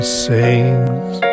sings